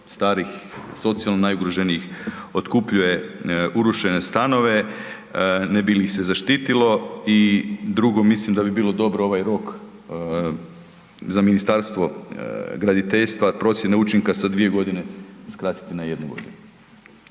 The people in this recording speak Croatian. starijih, socijalno najugroženijih otkupljuje urušene stanove, ne bi li ih se zaštitilo i drugo, mislim da bi bilo dobro ovaj rok za Ministarstvo graditeljstva, procjene učinka sa 2 godine skratiti na jednu godinu.